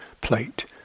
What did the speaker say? plate